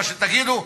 מה שתגידו,